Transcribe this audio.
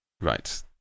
Right